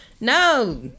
No